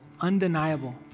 undeniable